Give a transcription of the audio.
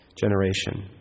generation